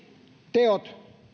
teot